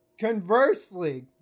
Conversely